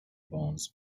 bones